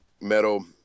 metal